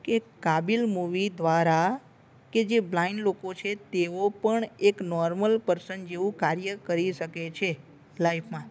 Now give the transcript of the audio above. કે કાબીલ મુવી દ્વારા કે જે બ્લાઇન્ડ લોકો છે તેઓ પણ એક નોર્મલ પર્સન જેવું કાર્ય કરી શકે છે લાઇફમાં